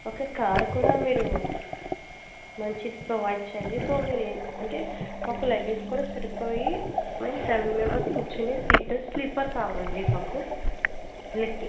okay car కూడా మీరు మంచిది ప్రొవైడ్ చేయండి సో మీరు అంటే మాకు లగేజ్ కూడా సరిపోయి మేము సెవెన్ మెంబర్స్ కూర్చొని సీటు స్లీపర్ కావాలండి మాకు